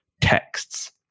texts